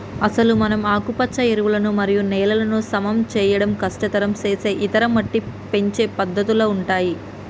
అసలు మనం ఆకుపచ్చ ఎరువులు మరియు నేలలను సమం చేయడం కష్టతరం సేసే ఇతర మట్టి పెంచే పద్దతుల ఉంటాయి